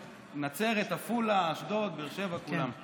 נצרת, עפולה, אשדוד, באר שבע, כולם.